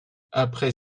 après